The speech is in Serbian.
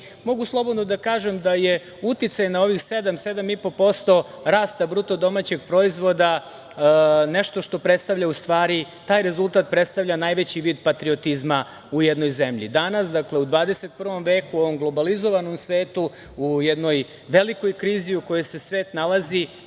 slobodno da kažem da je uticaj na ovih sedam, sedam i po posto rasta BDP nešto što predstavlja, u stvari taj rezultat predstavlja najveći vid patriotizma u jednoj zemlji. Danas, u 21. veku u ovom globalizovanom svetu, u jednoj velikoj krizi u kojoj se svet nalazi,